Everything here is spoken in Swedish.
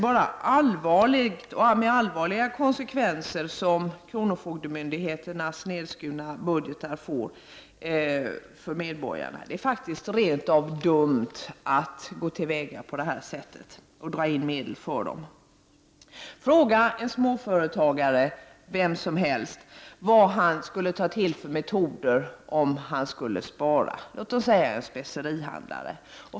Kronofogdemyndigheternas nedskurna budgetar ger inte bara upphov till allvarliga konsekvenser för medborgarna, utan det är faktiskt rent av dumt att gå till väga på detta sätt och dra in på myndigheternas medel. Fråga vilken småföretagare som helst, låt oss säga en specerihandlare, vad han skulle ta till för metoder om han skulle spara.